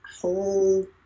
whole